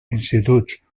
instituts